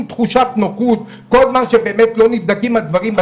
תחושת נוחות כל זמן שלא נבדקים הדברים.